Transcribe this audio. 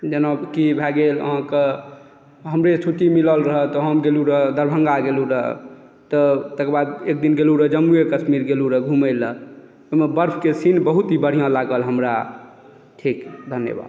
जेनाकि भए गेल अहाँकेँ हमरे छुट्टी मिलल रहए तऽ हम गेलहुँ रहए दरभङ्गा गेलहुँ रहए तऽ तकर बाद एक दिन गेलहुँ रहए जम्मुए कश्मीर गेलहुँ रहए घुमय लेल ओहिमे बर्फके सीन बहुत ही बढ़िआँ लागल हमरा ठीक धन्यवाद